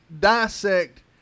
dissect